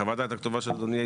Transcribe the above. בחוות הדעת הכתובה של אדוני,